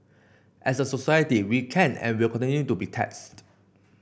as a society we can and will continue to be tested